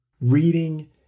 Reading